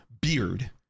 beard